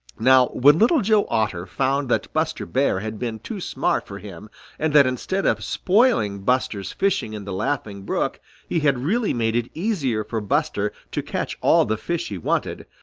now when little joe otter found that buster bear had been too smart for him and that instead of spoiling buster's fishing in the laughing brook he had really made it easier for buster to catch all the fish he wanted,